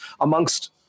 amongst